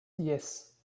yes